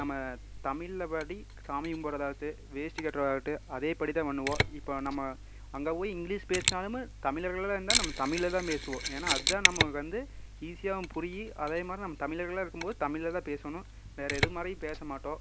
நம்ப தமிழ்லப்படி சாமி கும்புறதாக வேஷ்டி கட்டுறதாகட்டும் அதே படிதான் பண்ணுவோம் இப்போ நம்ப அங்கே போய் இங்க்லீஷ் பேசுனாலுமே தமிழர்களாக இருந்தா நம்ப தமிழில் தான் பேசுவோம் ஏன்னா அதா நம்ப வந்து ஈஸியாகவும் புரியும் அதேமாதிரி நம்ப தமிழர்களாக இருக்கும்போது தமிழில் தான் பேசணும் வேறு எதுமாதிரியும் பேசமாட்டோம்